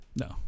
No